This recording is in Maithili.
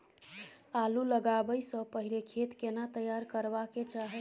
आलू लगाबै स पहिले खेत केना तैयार करबा के चाहय?